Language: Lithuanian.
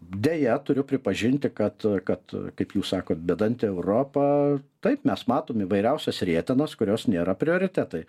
deja turiu pripažinti kad kad kaip jūs sakot bedantė europa taip mes matom įvairiausios rietenas kurios nėra prioritetai